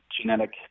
genetic